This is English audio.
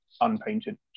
unpainted